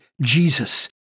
Jesus